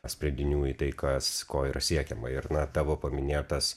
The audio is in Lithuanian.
sprendinių į tai kas ko yra siekiama ir na tavo paminėtas